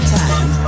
time